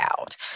out